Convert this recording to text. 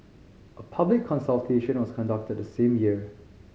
a public consultation was conducted the same year